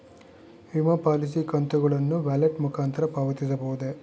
ವಿಮಾ ಪಾಲಿಸಿ ಕಂತುಗಳನ್ನು ವ್ಯಾಲೆಟ್ ಮುಖಾಂತರ ಪಾವತಿಸಬಹುದೇ?